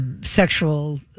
sexual